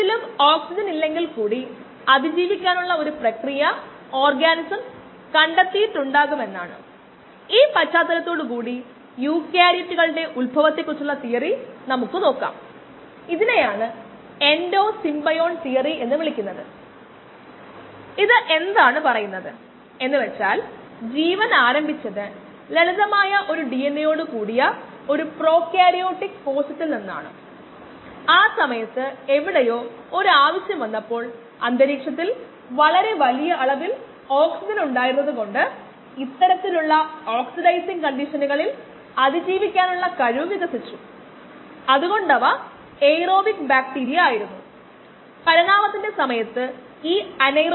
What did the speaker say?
693 എന്നത് ഓർമിക്കാൻ ഇത് ഒരു നല്ല സംഖ്യയാണ് ഇത് സാധാരണയായി ഇരട്ടിയാവാൻ എടുക്കുന്ന സമയമാണ്